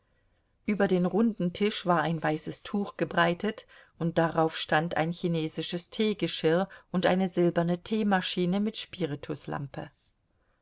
über den runden tisch war ein weißes tuch gebreitet und darauf stand ein chinesisches teegeschirr und eine silberne teemaschine mit